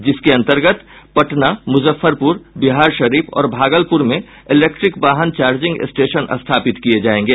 जिसके अंतर्गत पटना मुजफ्फरपुर बिहारशरीफ और भागलपुर में इलेक्ट्री वाहन चार्जिंग स्टेशन स्थापित किये जायेंगे